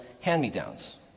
hand-me-downs